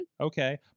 Okay